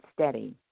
steady